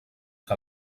que